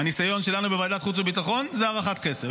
מהניסיון שלנו בוועדת החוץ והביטחון זו הערכת חסר.